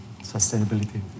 Sustainability